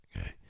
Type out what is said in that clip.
Okay